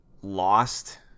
lost